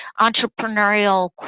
entrepreneurial